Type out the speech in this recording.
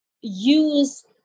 use